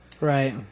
Right